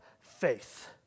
faith